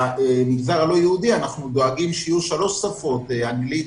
למגזר הלא יהודי אנחנו דואגים שיהיו שלוש שפות אנגלית,